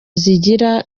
zigira